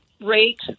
rate